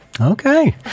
Okay